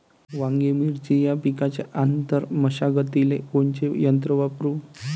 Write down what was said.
वांगे, मिरची या पिकाच्या आंतर मशागतीले कोनचे यंत्र वापरू?